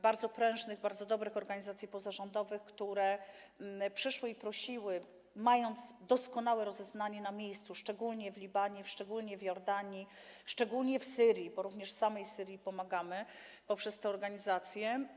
Bardzo prężne, bardzo dobre organizacje pozarządowe, które przyszły i prosiły, miały doskonałe rozeznanie na miejscu, szczególnie w Libanie, szczególnie w Jordanii, szczególnie w Syrii, bo również w samej Syrii pomagamy poprzez te organizacje.